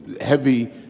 heavy